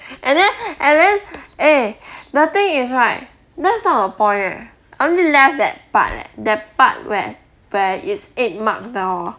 and then and then eh the thing is right that's not the point leh I only left that part leh that part where where it's eight marks hor